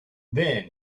then